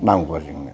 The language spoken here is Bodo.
नांगौ आरो जोंनो